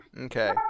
Okay